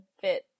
fit